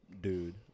Dude